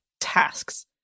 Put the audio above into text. tasks